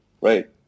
right